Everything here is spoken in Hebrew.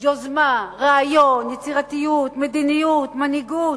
יוזמה, רעיון, יצירתיות, מדיניות, מנהיגות,